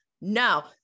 no